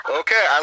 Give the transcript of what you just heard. okay